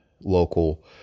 local